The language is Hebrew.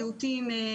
מיעוטים,